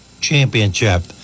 championship